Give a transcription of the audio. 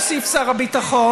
הוסיף שר הביטחון,